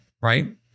right